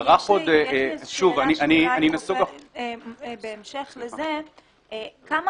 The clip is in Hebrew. יש לי שאלה - בהמשך לזה, כמה